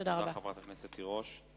תודה לחברת הכנסת תירוש.